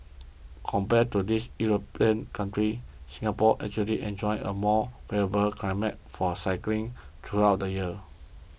compared to these European countries Singapore actually enjoys a more favourable climate for cycling throughout the year